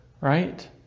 right